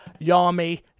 Yami